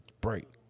break